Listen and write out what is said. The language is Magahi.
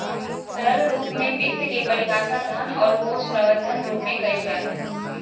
सरल रूप में वित्त के परिभाषा धन और कोश प्रबन्धन रूप में कइल जा हइ